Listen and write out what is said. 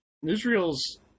israel's